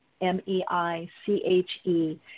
M-E-I-C-H-E